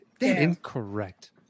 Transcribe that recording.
Incorrect